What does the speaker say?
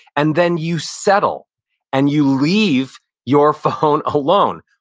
and then you settle and you leave your phone alone.